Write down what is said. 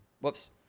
whoops